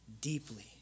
deeply